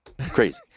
Crazy